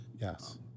Yes